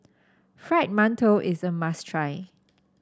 Fried Mantou is a must try